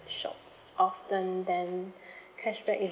shops often then cashback is